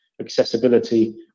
accessibility